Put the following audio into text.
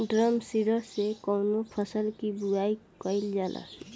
Drum seeder से कवने फसल कि बुआई कयील जाला?